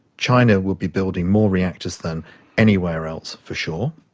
china will be building more reactors than anywhere else, for sure.